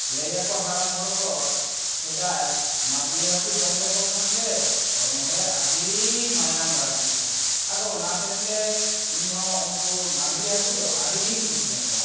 ᱞᱟᱹᱭ ᱟᱠᱚ ᱦᱟᱲᱟᱢ ᱦᱚᱲᱠᱚ ᱥᱮᱫᱟᱭ ᱢᱟᱺᱜᱽᱨᱤ ᱦᱟᱹᱠᱩ ᱡᱚᱢ ᱞᱮᱠᱚ ᱠᱷᱟᱱ ᱥᱮ ᱦᱚᱲᱢᱚᱨᱮ ᱟᱹᱰᱤ ᱢᱟᱭᱟᱢ ᱵᱟᱹᱲᱛᱤᱜᱼᱟ ᱟᱫᱚ ᱚᱱᱟ ᱥᱮᱫᱛᱮ ᱤᱧᱦᱚᱸ ᱩᱱᱠᱩ ᱢᱟᱺᱜᱽᱨᱤ ᱦᱟᱹᱠᱩ ᱫᱚ ᱟᱹᱰᱤᱜᱮᱧ ᱠᱩᱥᱤ ᱟᱠᱚᱣᱟ